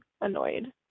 annoyed